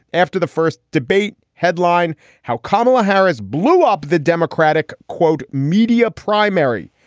after the first debate headlined how kamala harris blew up the democratic, quote, media primary,